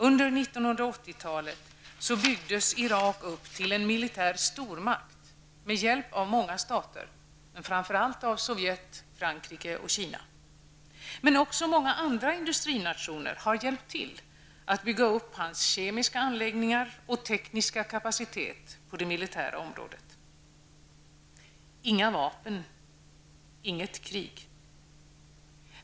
Under 1980-talet byggdes Irak upp till en militär stormakt med hjälp av många stater, men framför allt av Sovjet, Frankrike och Kina. Men också många andra industrinationer har hjälpt till att bygga upp hans kemiska anläggningar och tekniska kapacitet på det militära området. Inga vapen, inget krig.